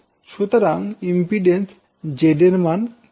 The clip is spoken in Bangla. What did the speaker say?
সুতরাং ইম্পিড্যান্স Z এর মান কি হবে